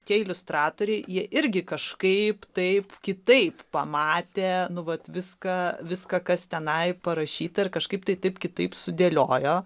tie iliustratoriai jie irgi kažkaip taip kitaip pamatę nu vat viską viską kas tenai parašyta ir kažkaip tai taip kitaip sudėliojo